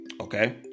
Okay